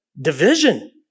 Division